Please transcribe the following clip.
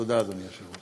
תודה, אדוני היושב-ראש.